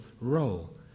role